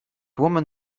woman